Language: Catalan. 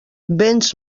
béns